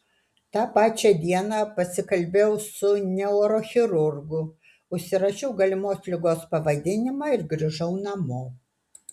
tą pačią dieną pasikalbėjau su neurochirurgu užsirašiau galimos ligos pavadinimą ir grįžau namo